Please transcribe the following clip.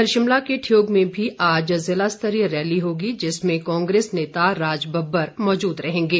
इधर शिमला के ठियोग में भी आज जिला स्तरीय रैली होगी जिसमें कांग्रेस नेता राजब्बर मौजूद रहेंगे